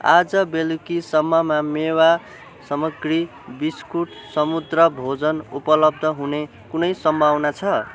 आज बेलुकीसम्ममा मेवा सामग्री बिस्कुट समुद्र भोजन उपलब्ध हुने कुनै सम्भावना छ